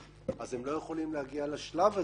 הם לא יכולים להגיע לשלב הזה,